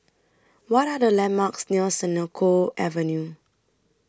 What Are The landmarks near Senoko Avenue